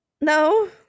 No